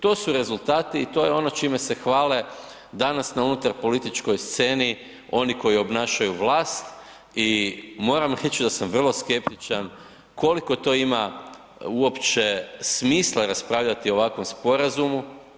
To su rezultati i to je ono čime se hvale danas na unutar političkoj sceni oni koji obnašaju vlast i moram reći da sam vrlo skeptičan koliko to ima uopće smisla uopće raspravljati o ovakvom sporazumu.